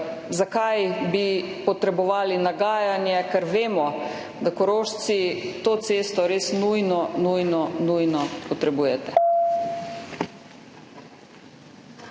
zakaj bi potrebovali nagajanje, ker vemo, da Korošci to cesto res nujno, nujno, nujno potrebujete.